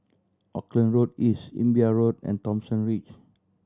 Auckland Road East Imbiah Road and Thomson Ridge